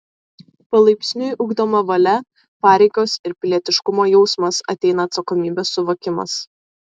palaipsniui ugdoma valia pareigos ir pilietiškumo jausmas ateina atsakomybės suvokimas